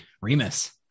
remus